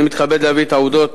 אני מתכבד להביא את העובדות